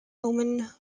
oman